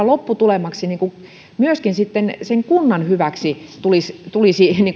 lopputulema myöskin sitten sen kunnan hyväksi tulisi tulisi